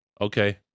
okay